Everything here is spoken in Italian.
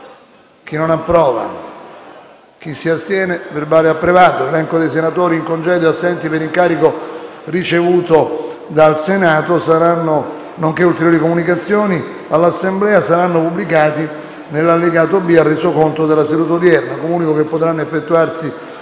link apre una nuova finestra"). L'elenco dei senatori in congedo e assenti per incarico ricevuto dal Senato, nonché ulteriori comunicazioni all'Assemblea saranno pubblicati nell'allegato B al Resoconto della seduta odierna.